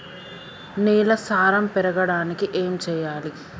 నేల సారం పెరగడానికి ఏం చేయాలి?